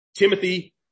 Timothy